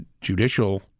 judicial